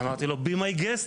אמרתי לו: be my guest,